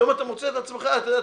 פתאום אתה מוצא את עצמך אומר,